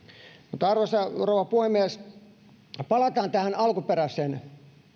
mutta arvoisa rouva puhemies palataan tähän alkuperäiseen